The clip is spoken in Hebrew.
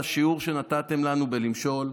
אני אומר לכם תודה על השיעור שנתתם לנו בלמשול.